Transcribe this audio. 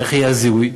ואיך יהיה הזיהוי?